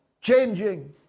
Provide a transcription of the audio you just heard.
changing